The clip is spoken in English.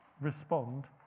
respond